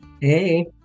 Hey